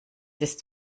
ist